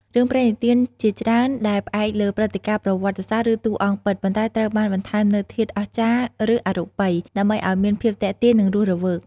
រឿងព្រេងនិទានជារឿងដែលផ្អែកលើ ព្រឹត្តិការណ៍ប្រវត្តិសាស្ត្រ ឬ តួអង្គពិត ប៉ុន្តែត្រូវបានបន្ថែមនូវធាតុ អស្ចារ្យ ឬ អរូបី ដើម្បីឲ្យមានភាពទាក់ទាញ និងរស់រវើក ។